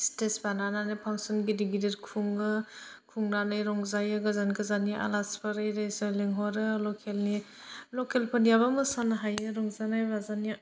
stage बानानानै फांसन गिदिर गिदिर खुङो खुंनानै रंजायो गोजान गोजाननि आलासिफोर लिंहरो लकेलनि लकेलफोरनियाबो मोसानो हायो रंजानाय बाजानाया